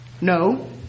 No